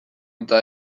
eta